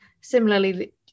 similarly